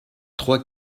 trois